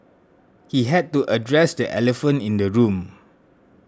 he had to address the elephant in the room